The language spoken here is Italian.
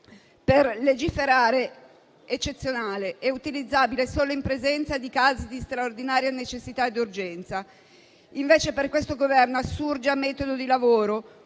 per legiferare, utilizzabile solo in presenza di casi di straordinaria necessità ed urgenza. Invece, per questo Governo esso assurge a metodo di lavoro;